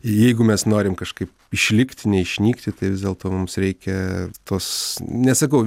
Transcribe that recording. jeigu mes norim kažkaip išlikti neišnykti tai vis dėlto mums reikia tos nesakau